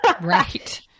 Right